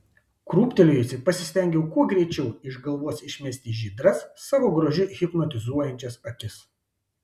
krūptelėjusi pasistengiau kuo greičiau iš galvos išmesti žydras savo grožiu hipnotizuojančias akis